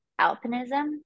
alpinism